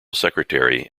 secretary